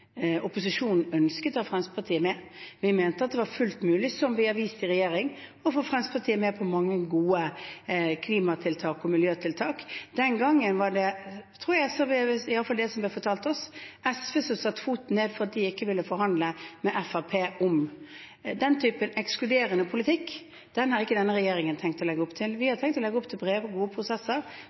Opposisjonen ønsket å ha Fremskrittspartiet med. Vi mente at det var fullt mulig, som vi har vist i regjering, å få Fremskrittspartiet med på mange gode klima- og miljøtiltak. Den gangen tror jeg, i alle fall etter det som er fortalt oss, at det var SV som satte foten ned fordi de ikke ville forhandle med Fremskrittspartiet. Den typen ekskluderende politikk har ikke denne regjeringen tenkt å legge opp til. Vi har tenkt å legge opp til brede og gode prosesser.